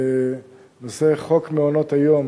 במסגרת חוק מעונות היום